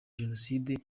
jenoside